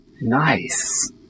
Nice